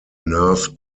nerve